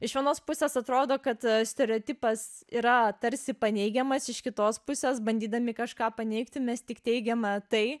iš vienos pusės atrodo kad stereotipas yra tarsi paneigiamas iš kitos pusės bandydami kažką paneigti mes tik teigiam tai